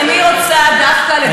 אני רוצה דווקא לדבר,